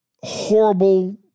horrible